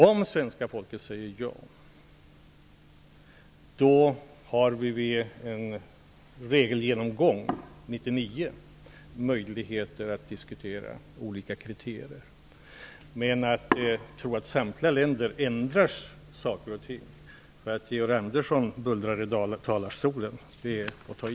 Om svenska folket säger ja har vi vid en regelgenomgång 1999 möjligheter att diskutera olika kriterier, men att tro att samtliga länder ändrar saker och ting för att Georg Andersson bullrar i talarstolen är att ta i.